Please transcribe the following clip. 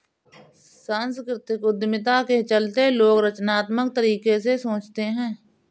सांस्कृतिक उद्यमिता के चलते लोग रचनात्मक तरीके से सोचते हैं